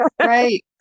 right